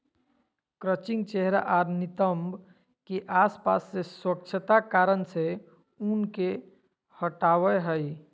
crutching चेहरा आर नितंब के आसपास से स्वच्छता कारण से ऊन के हटावय हइ